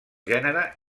gènere